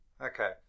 Okay